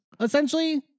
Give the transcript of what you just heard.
essentially